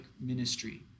ministry